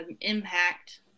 impact